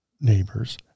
neighbors